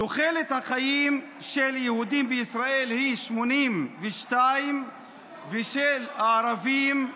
תוחלת החיים של יהודים בישראל היא 82 ושל הערבים היא